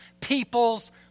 people's